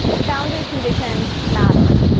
the boundary conditions matter.